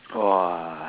!wah!